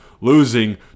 losing